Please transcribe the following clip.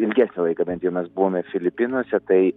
ilgesnį laiką bent jau mes buvome filipinuose tai